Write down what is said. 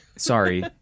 Sorry